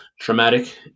Traumatic